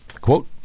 quote